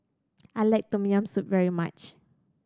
I like Tom Yam Soup very much